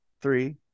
three